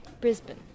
Brisbane